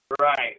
Right